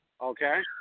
okay